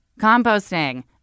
Composting